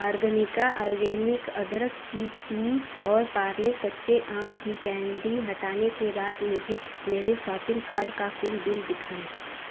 Organica organic अदरक की tea और पार्ले कच्चे आम की कैंडी हटाने के बाद मुझे मेरे सॉपिंग कार्ट का कुल बिल दिखाएँ